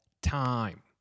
time